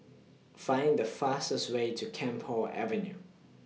Find The fastest Way to Camphor Avenue